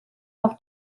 auf